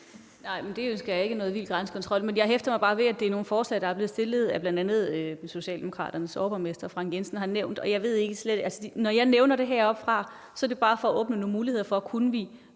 (ALT): Jeg ønsker mig ikke nogen vild grænsekontrol, men jeg hæfter mig bare ved, at det er nogle forslag, der er blevet stillet af bl.a. Socialdemokraternes overborgmester, Frank Jensen, og når jeg nævner det heroppefra, er det bare for at åbne nogle muligheder for, om vi